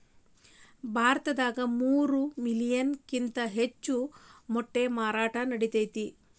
ಭಾರತದಾಗ ಮೂರ ಮಿಲಿಯನ್ ಕಿಂತ ಹೆಚ್ಚ ಮೊಟ್ಟಿ ಮಾರಾಟಾ ನಡಿತೆತಿ